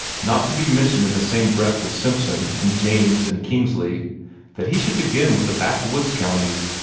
not to be mentioned in the same breath with simpson and janes and kingsley that he should begin with the backwoods counties,